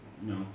No